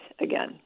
again